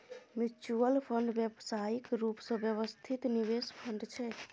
mutual fund व्यावसायिक रूप सँ व्यवस्थित निवेश फंड छै